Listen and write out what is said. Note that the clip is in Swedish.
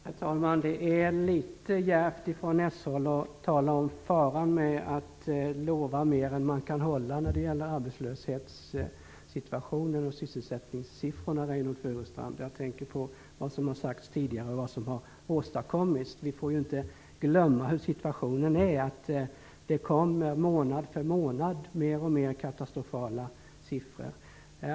Herr talman! Det är litet djärvt att från socialdemokratiskt håll tala om faran med att lova mer än man kan hålla när det gäller arbetslöshetssituationen och sysselsättningssiffrorna, Reynoldh Furustrand. Jag tänker på vad som har sagts tidigare och vad som har åstadkommits. Vi får inte glömma hur situationen är. Det kommer månad för månad mer och mer katastrofala siffror.